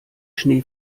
schnee